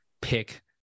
pick